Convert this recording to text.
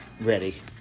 ready